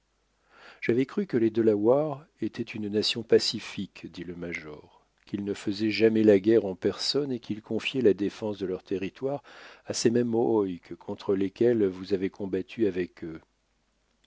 j'avais cru que les delawares étaient une nation pacifique dit le major qu'ils ne faisaient jamais la guerre en personne et qu'ils confiaient la défense de leur territoire à ces mêmes mohawks contre lesquels vous avez combattu avec eux